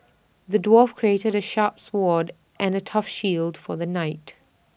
the dwarf crafted A sharp sword and A tough shield for the knight